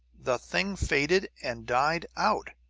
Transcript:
the thing faded and died out,